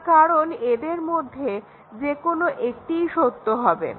তার কারণ এদের মধ্যে যেকোনো একটিই সত্যি হবে